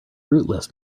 rootless